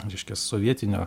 reiškia sovietinio